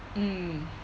mm